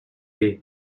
day